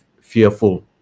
fearful